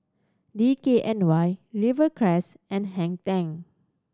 D K N Y Rivercrest and Hang Ten